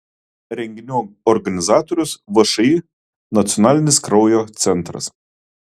renginių organizatorius všį nacionalinis kraujo centras